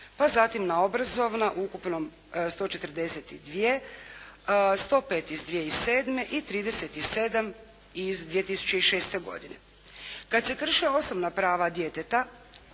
pa zatim na obrazovno ukupno 142, 105 iz 2007. i 37 iz 2006. godine. Kada se krše osobna prava djeteta